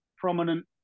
prominent